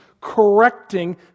correcting